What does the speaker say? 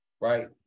right